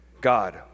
God